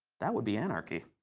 that would be anarchy.